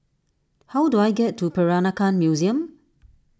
how do I get to Peranakan Museum